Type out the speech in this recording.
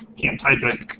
can't type it,